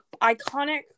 iconic